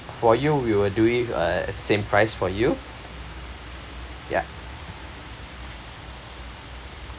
for you we will do it uh same price for you ya